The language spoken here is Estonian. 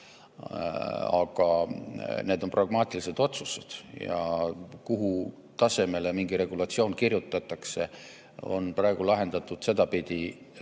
Aga need on pragmaatilised otsused. See, mis tasemele mingi regulatsioon kirjutatakse, on praegu lahendatud sedapidi,